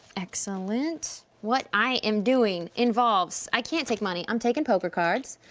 excellent, what i am doing involves, i can't take money, i'm taking poker cards.